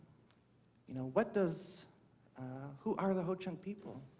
you know what does who are the ho-chunk people?